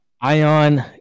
Ion